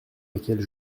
laquelle